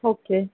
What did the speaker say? okay